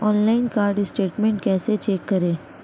Online card statement कैसे check करें?